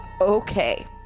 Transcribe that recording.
Okay